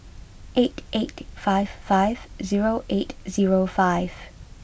eight eight five five zero eight zero five